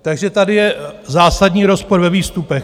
Takže tady je zásadní rozpor ve výstupech.